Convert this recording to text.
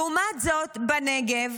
לעומת זאת, בנגב,